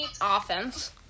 offense